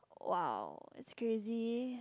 !wow! it's crazy